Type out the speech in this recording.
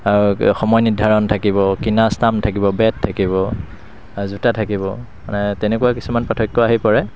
সময় নিৰ্ধাৰণ থাকিব কিনা ষ্টাম্প থাকিব বেট থাকিব আৰু জোতা থাকিব তেনেকুৱা কিছুমান পাৰ্থক্য আহি পৰে